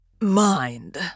Mind